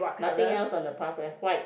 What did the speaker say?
nothing else on the path leh white